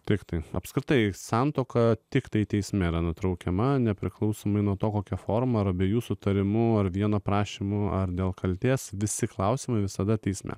tiktai apskritai santuoka tiktai teisme yra nutraukiama nepriklausomai nuo to kokia forma ar abiejų sutarimu ar vieno prašymo ar dėl kaltės visi klausimai visada teisme